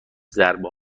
ضربه